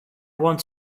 want